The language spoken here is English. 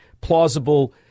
plausible